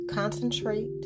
Concentrate